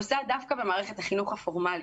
עושה דווקא במערכת החינוך הפורמלי.